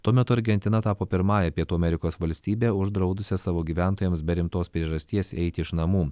tuo metu argentina tapo pirmąja pietų amerikos valstybe uždraudusia savo gyventojams be rimtos priežasties eiti iš namų